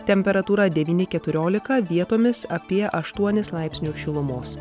temperatūra devyni keturiolika vietomis apie aštuonis laipsnius šilumos